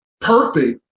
perfect